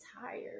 tired